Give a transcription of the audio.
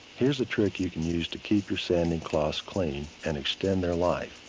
here's the trick you can use to keep your sanding cloths clean and extend their life.